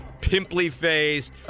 pimply-faced